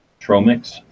Tromix